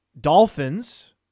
Dolphins